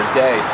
day